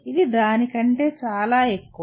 ఇది దాని కంటే చాలా ఎక్కువ